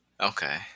Okay